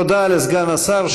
תודה לסגן השר.